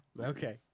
Okay